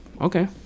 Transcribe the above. okay